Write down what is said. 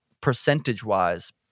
percentage-wise